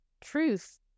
truth